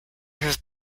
have